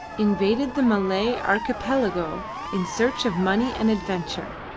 invaded the malay archipelago in search of money and adventure.